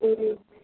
ம் ம்